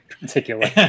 particular